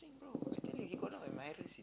I tell you he got a lot of admirers